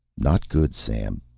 not good, sam,